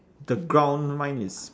the ground mine is